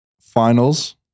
finals